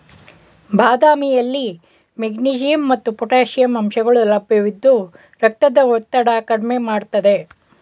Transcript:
ಬಾದಾಮಿಯಲ್ಲಿ ಮೆಗ್ನೀಷಿಯಂ ಮತ್ತು ಪೊಟ್ಯಾಷಿಯಂ ಅಂಶಗಳು ಲಭ್ಯವಿದ್ದು ರಕ್ತದ ಒತ್ತಡ ಕಡ್ಮೆ ಮಾಡ್ತದೆ